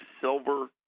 silver